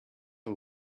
are